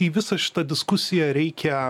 į visą šitą diskusiją reikia